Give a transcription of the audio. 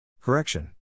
Correction